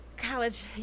college